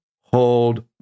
hold